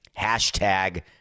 Hashtag